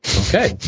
Okay